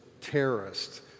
terrorist